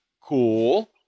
Cool